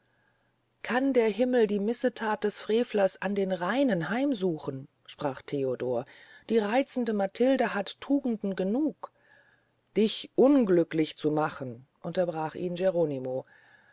kann der himmel die missethat der frevler an den reinen heimsuchen sprach theodor die reizende matilde hat tugenden genug dich unglücklich zu machen unterbrach ihn geronimo